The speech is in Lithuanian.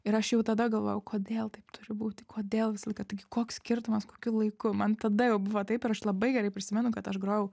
ir aš jau tada galvojau kodėl taip turi būti kodėl visą laiką taigi koks skirtumas kokiu laiku man tada jau buvo taip ir aš labai gerai prisimenu kad aš grojau